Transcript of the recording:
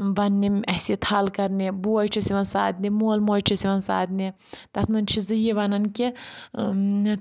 وَننہِ اَسہِ یہِ تھل کَرنہِ بوے چھُس یِوان سادنہِ مول موج چھُس یِوان سادنہِ تَتھ منٛز چھُ سُہ یی وَنان کہِ